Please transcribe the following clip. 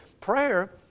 prayer